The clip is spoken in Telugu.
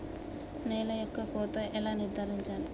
నేల యొక్క కోత ఎలా నిర్ధారించాలి?